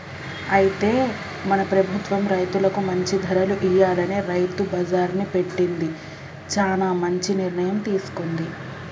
అయితే మన ప్రభుత్వం రైతులకు మంచి ధరలు ఇయ్యాలని రైతు బజార్ని పెట్టింది చానా మంచి నిర్ణయం తీసుకుంది